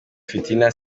fitina